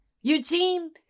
Eugene